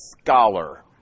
scholar